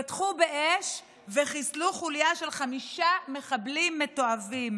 פתחו באש וחיסלו חוליה של חמישה מחבלים מתועבים.